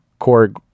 Korg